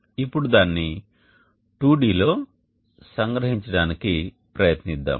ఇప్పుడు దానిని 2D లో సంగ్రహించ డానికి ప్రయత్నిద్దాం